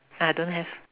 ah don't have